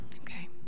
Okay